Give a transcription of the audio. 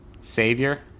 savior